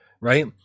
right